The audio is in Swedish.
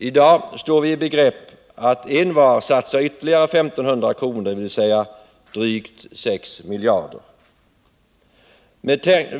I dag står vi i begrepp att envar satsa ytterligare 1500 kr., dvs. drygt 6 miljarder.